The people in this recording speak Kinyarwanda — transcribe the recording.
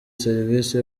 serivisi